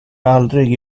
aldrig